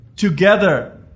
Together